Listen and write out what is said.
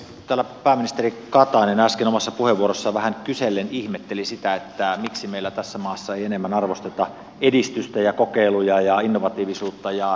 täällä pääministeri katainen äsken omassa puheenvuorossaan vähän kysellen ihmetteli sitä miksi meillä tässä maassa ei enemmän arvosteta edistystä ja kokeiluja ja innovatiivisuutta ja rohkeutta